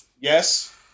Yes